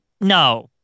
no